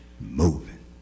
moving